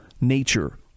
nature